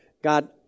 God